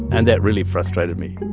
and that really frustrated me.